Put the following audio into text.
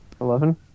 Eleven